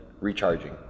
recharging